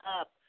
up